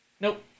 Nope